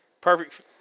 Perfect